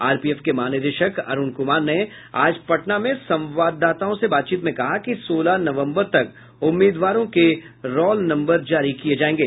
are P F के महानिदेशक अरुण कुमार ने आज पटना में संवाददाताओं से बातचीत में कहा कि सोलह नवंबर तक उम्मीदवारों के रौल नंबर जारी किये जायेंगे